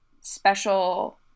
special